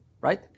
right